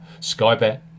Skybet